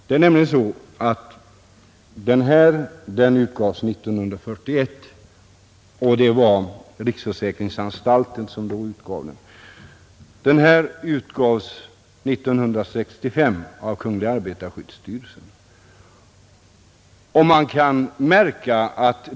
Det är nämligen så att de anvisningar som utgavs 1941 av riksförsäkringsanstalten är skrivna med större skärpa än de som utgavs 1965 av kungl. arbetarskyddsstyrelsen.